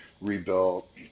rebuilt